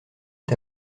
est